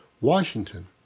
Washington